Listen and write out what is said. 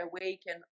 awaken